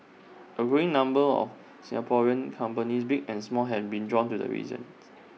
A growing number of Singaporean companies big and small have been drawn to the reasons